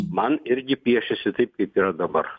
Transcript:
man irgi piešiasi taip kaip yra dabar